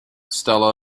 stella